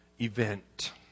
event